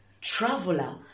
traveler